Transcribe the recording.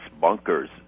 bunkers